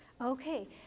Okay